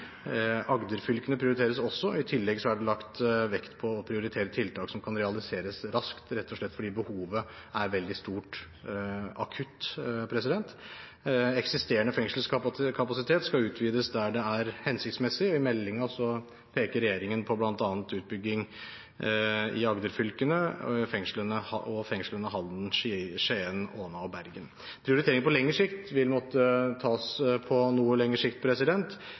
Agderfylkene prioriteres også. I tillegg er det lagt vekt på å prioritere tiltak som kan realiseres raskt, rett og slett fordi behovet er veldig stort akutt. Eksisterende fengselskapasitet skal utvides der det er hensiktsmessig, og i meldingen peker regjeringen bl.a. på utbygging i Agderfylkene og fengslene i Halden, Skien, Åna og Bergen. Prioritering på lengre sikt vil måtte tas